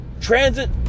transit